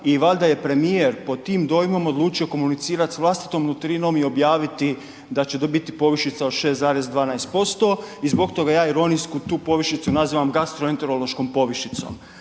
i valjda je premijer pod tim dojmom odlučio komunicirati s vlastitom nutrinom i objaviti da će to biti povišica od 6,1% i zbog toga ja ironijsku tu povišicu nazivam gastroenterološkom povišicom.